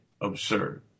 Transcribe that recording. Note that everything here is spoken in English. absurd